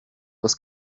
was